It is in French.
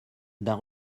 d’un